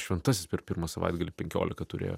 šventasis per pirmą savaitgalį penkiolika turėjo